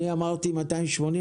אני אמרתי: 280,